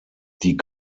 die